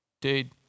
Dude